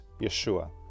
Yeshua